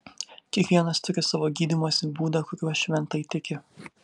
kiekvienas turi savo gydymosi būdą kuriuo šventai tiki